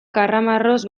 karramarroz